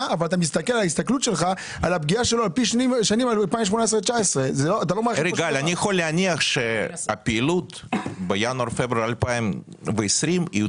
וההסתכלות שלך על הפגיעה שלו על פי השנים 2019-2018. אני יכול להניח שהפעילות בינואר-פברואר 2020 יותר